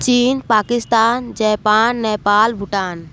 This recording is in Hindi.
चीन पाकिस्तान जैपान नेपाल भूटान